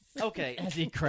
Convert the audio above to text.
okay